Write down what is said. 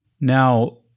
Now